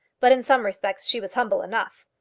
but in some respects she was humble enough.